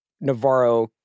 Navarro